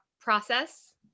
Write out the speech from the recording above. process